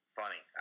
funny